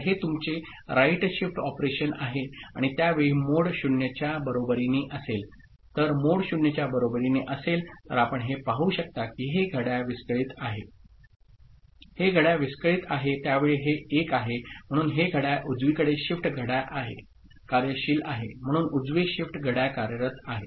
तर हे तुमचे राइट शिफ्ट ऑपरेशन आहे आणि त्या वेळी मोड 0 च्या बरोबरीने असेल तर मोड 0 च्या बरोबरीने असेल तर आपण हे पाहू शकता की हे घड्याळ विस्कळीत आहे हे घड्याळ विस्कळीत आहे त्यावेळी हे 1 आहे म्हणून हे घड्याळ उजवीकडे शिफ्ट घड्याळ आहे कार्यशील आहे म्हणून उजवे शिफ्ट घड्याळ कार्यरत आहे